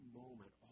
moment